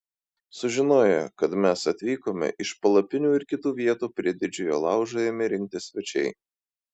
sužinoję kad mes atvykome iš palapinių ir kitų vietų prie didžiojo laužo ėmė rinktis svečiai